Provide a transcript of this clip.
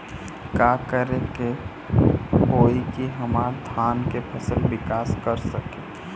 का करे होई की हमार धान के फसल विकास कर सके?